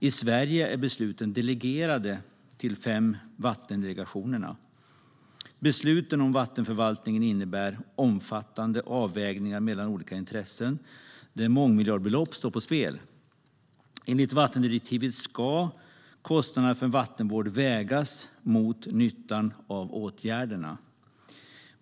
I Sverige är besluten delegerade till de fem vattendelegationerna. Besluten om vattenförvaltningen innebär omfattande avvägningar mellan olika intressen, där mångmiljardbelopp står på spel. Enligt vattendirektivet ska kostnaderna för vattenvård vägas mot nyttan av åtgärderna.